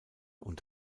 und